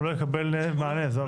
הוא לא יקבל מענה, זו הבעיה.